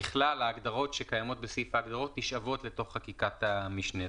ככלל ההגדרות שקיימות בסעיף ההגדרות נשאבות לתוך חקיקת המשנה.